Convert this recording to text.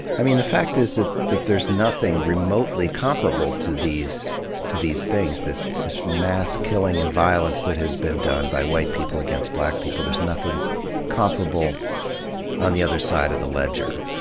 i mean the fact is that that there's nothing remotely comparable to these to these things, this this mass killing and violence that has been done by white people against black people, there's nothing comparable on the other side of the ledger.